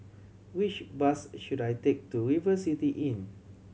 which bus should I take to River City Inn